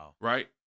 right